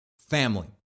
family